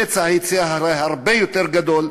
פצע יציאה הרי הרבה יותר גדול,